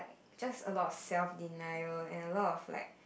just a lot of self denial and a lot of like